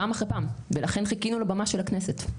פעם אחרי פעם ולכן חיכינו לבמה של הכנסת.